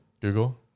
Google